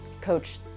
Coach